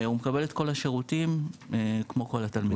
והוא מקבל את כל השירותים כמו כל התלמידים.